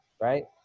Right